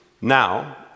Now